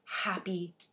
happy